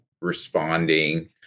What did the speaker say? responding